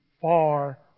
far